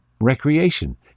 recreation